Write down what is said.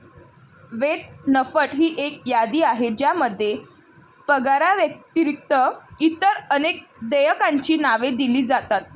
वेतनपट ही एक यादी आहे ज्यामध्ये पगाराव्यतिरिक्त इतर अनेक देयकांची नावे दिली जातात